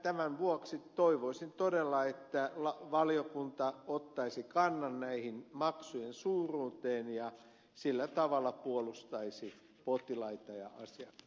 tämän vuoksi toivoisin todella että valiokunta ottaisi kannan näiden maksujen suuruuteen ja sillä tavalla puolustaisi potilaita ja asiakkaita